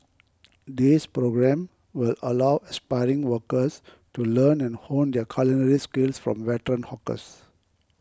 this programme will allow aspiring workers to learn and hone their culinary skills from veteran hawkers